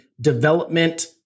development